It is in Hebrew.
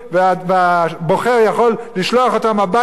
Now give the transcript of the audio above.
והבוחר יכול לשלוח אותם הביתה,